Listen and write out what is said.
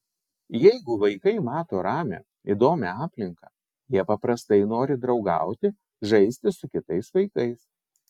jeigu vaikai mato ramią įdomią aplinką jie paprastai nori draugauti žaisti su kitais vaikais